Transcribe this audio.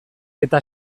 eta